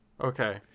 Okay